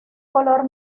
color